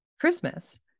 Christmas